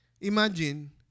Imagine